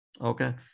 Okay